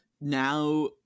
now